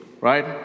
right